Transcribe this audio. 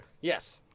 yes